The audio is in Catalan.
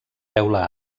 teula